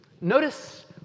Notice